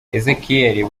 ezechiel